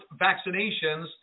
vaccinations